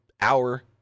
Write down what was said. hour